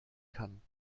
kann